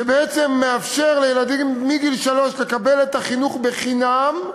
שבעצם מאפשר לילדים מגיל שלוש לקבל את החינוך חינם,